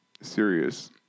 serious